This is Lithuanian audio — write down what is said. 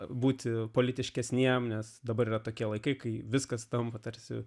būti politiškesnį jam nes dabar yra tokie laikai kai viskas tampa tarsi